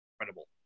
incredible